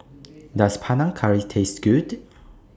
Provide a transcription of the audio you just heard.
Does Panang Curry Taste Good